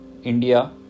India